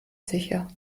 sicher